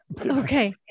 Okay